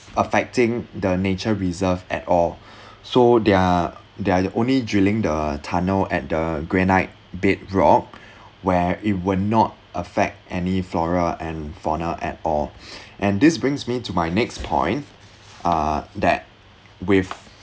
affecting the nature reserve at all so they're they're only drilling the tunnel at the granite bedrock where it will not affect any flora and fauna at all and this brings me to my next point uh that with